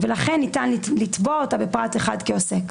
ולכן ניתן לתבוע אותה בפרט אחד כעוסק.